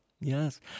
Yes